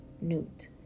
Newt